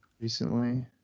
Recently